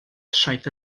traeth